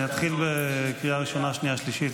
אני אתחיל בקריאה ראשונה, שנייה ושלישית.